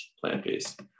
plant-based